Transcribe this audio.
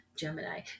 Gemini